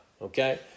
okay